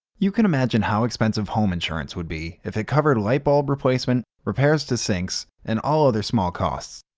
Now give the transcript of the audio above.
you can imagine how expensive home insurance would be if it covered light bulb replacement, repairs to sinks, and all other small costs.